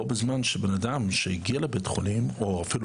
בו בזמן כשבן אדם הגיע לבית החולים או אפילו